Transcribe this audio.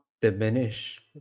diminish